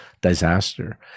disaster